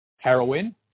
heroin